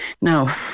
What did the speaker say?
Now